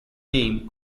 name